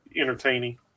entertaining